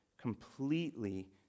completely